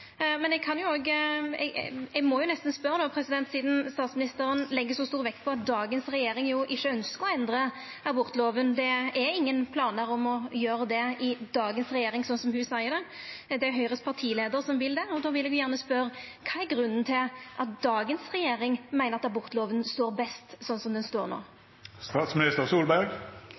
Sidan statsministeren legg så stor vekt på at dagens regjering ikkje ønskjer å endra abortloven – det er ingen planar om å gjera det i dagens regjering, slik som ho seier det, det er Høgres partileiar som vil det – vil eg gjerne spørja: Kva er grunnen til at dagens regjering meiner at abortloven står best slik som han står